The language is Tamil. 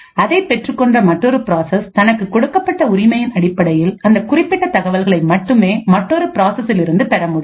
அதை பெற்றுக்கொண்ட மற்றொரு பிராசஸ் தனக்குக் கொடுக்கப்பட்ட உரிமையின் அடிப்படையில் அந்த குறிப்பிட்ட தகவல்களை மட்டுமே மற்றொரு பிராசஸ்ல் இருந்து பெற முடியும்